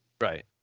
Right